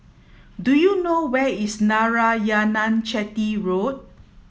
do you know where is Narayanan Chetty Road